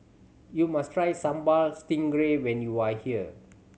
you must try Sambal Stingray when you are here